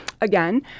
Again